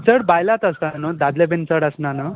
चड बायलात आसता न्हू दादले बीन चड आसनात न्हू